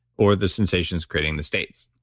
or the sensations creating the states?